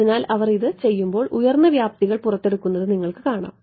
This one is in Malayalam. അതിനാൽ അവർ ഇത് ചെയ്യുമ്പോൾ ഉയർന്ന വ്യാപ്തികൾ പുറത്തെടുക്കുന്നത് നിങ്ങൾക്ക് കാണാം